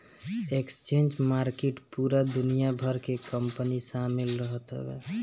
exchange market पूरा दुनिया भर के कंपनी शामिल रहत हवे